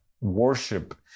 worship